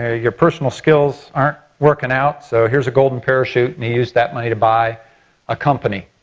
ah your personal skills aren't working out so here's a golden parachute and he used that money to buy a company.